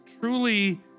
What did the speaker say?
truly